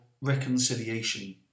reconciliation